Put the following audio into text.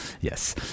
Yes